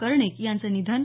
कर्णिक यांचं निधन